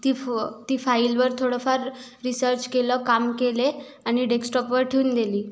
ती फ फाईलवर थोडं फार रिसर्च केलं काम केले आणि डेक्सटॉपवर ठेवून दिली